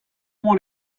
want